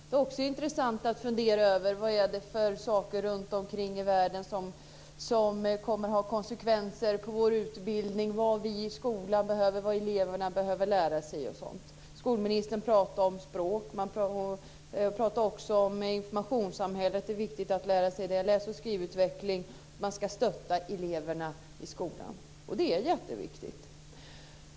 Det är också intressant att fundera över vad det är för saker runtomkring i världen som kommer att ha konsekvenser för vår utbildning - vad vi behöver i skolan, vad eleverna behöver lära sig osv. Skolministern pratade om språk, om informationssamhället, om läs och skrivutveckling och om att stötta eleverna i skolan. Detta är jätteviktigt.